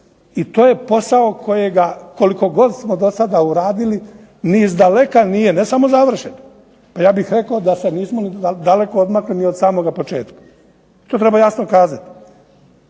i to je posao kojega koliko god smo do sada uradili ni iz daleka nije ne samo završen, ja bih rekao da se nismo daleko odmakli ni od samoga početka. To treba jasno kazati.